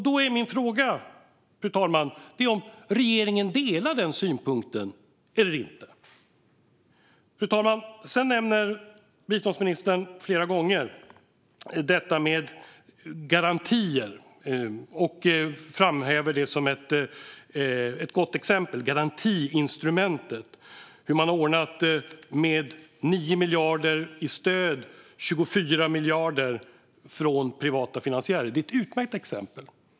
Då är min fråga, fru talman, om regeringen delar den synpunkten eller inte. Fru talman! Sedan nämner biståndsministern flera gånger detta med garantier och framhäver det som ett gott exempel. Garantiinstrumentet gäller hur man ordnat med 9 miljarder i stöd och 24 miljarder från privata finansiärer. Det är ett utmärkt exempel.